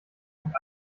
und